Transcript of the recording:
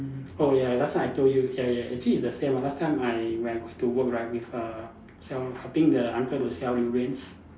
mm oh ya last time I told you ya ya actually it's the same ah last time I when I go to work right with err sell helping the uncle to sell durians